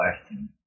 question